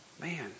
Man